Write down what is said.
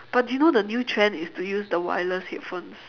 but do you know the new trend is to use the wireless headphones